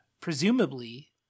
presumably